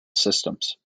systems